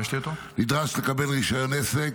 נדרש לקבל רישיון עסק.